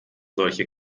solche